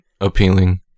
appealing